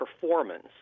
performance